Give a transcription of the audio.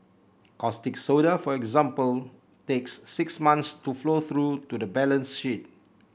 caustic soda for example takes six months to flow through to the balance sheet